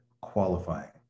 qualifying